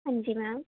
ਹਾਂਜੀ ਮੈਮ